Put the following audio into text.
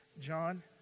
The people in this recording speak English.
John